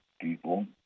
people